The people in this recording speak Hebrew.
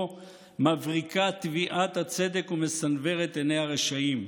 מבריקה תביעת הצדק ומסנוורת עיני הרשעים.